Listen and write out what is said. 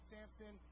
Samson